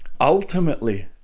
Ultimately